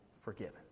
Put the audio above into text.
forgiven